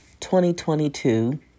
2022